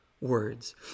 words